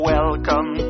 Welcome